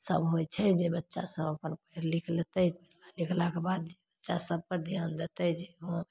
सब होइ छै जे बच्चासभ अपन पढ़ि लिखि लेतै पढ़ला लिखलाके बाद बच्चासभपर धिआन देतै जे हँ